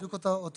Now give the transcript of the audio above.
בדיוק אותו מקום.